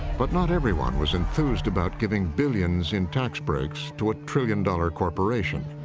but not everyone was enthused about giving billions in tax breaks to a trillion-dollar corporation.